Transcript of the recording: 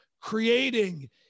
creating